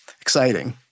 exciting